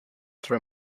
throw